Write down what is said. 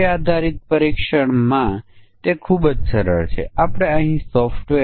ઉદાહરણ એ સમસ્યા માટે સમકક્ષ વર્ગ ડિઝાઇન કરવાની જ છે પરંતુ અહીં તે નાના ફેરફાર સાથે છે